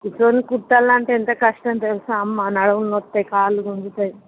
కూర్చోని కుట్టాలంటే ఎంత కష్టం తెలుసా అమ్మ నడుములు వస్తాయి కాలు గుంజుతాయి